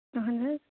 اہن حظ